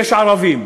יש ערבים.